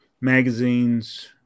magazines